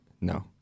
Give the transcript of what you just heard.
no